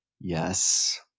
Yes